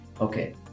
Okay